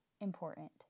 important